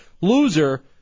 Loser